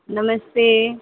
नमस्ते